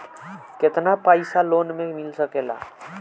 केतना पाइसा लोन में मिल सकेला?